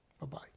Bye-bye